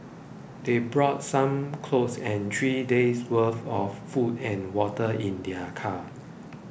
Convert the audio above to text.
they brought some clothes and three days' worth of food and water in their car